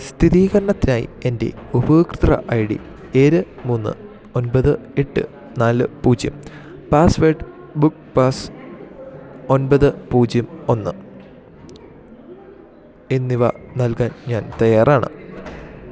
സ്ഥിരീകരണത്തിനായി എൻ്റെ ഉപഭോക്തൃ I D ഏഴ് മൂന്ന് ഒൻപത് എട്ട് നാല് പൂജ്യം പാസ്സ്വേഡ് ബുക്ക്പാസ് ഒൻപത് പൂജ്യം ഒന്ന് എന്നിവ നൽകാൻ ഞാൻ തയ്യാറാണ്